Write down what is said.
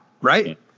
right